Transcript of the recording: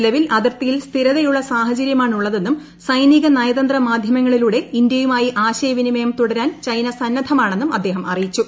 നിലവിൽ അതിർത്തിയിൽ സ്ഥിരതയുള്ള സാഹചര്യമാണുള്ളതെന്നും സൈനിക നയതന്ത്ര മാധ്യമങ്ങളിലൂടെ ഇന്ത്യയുമായി ആശയവിനിമയം തുടരാൻ ചൈന സന്നദ്ധമാണെന്നും അദ്ദേഹം അറിയിച്ചു